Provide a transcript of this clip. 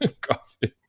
coffee